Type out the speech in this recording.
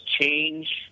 change